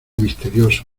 misterioso